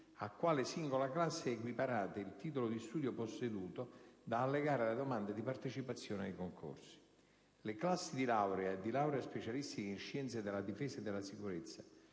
a quale singola classe è equiparato il titolo di studio posseduto da allegare alle domande di partecipazione ai concorsi. Le classi di laurea e di laurea specialistica in scienze della difesa e della sicurezza,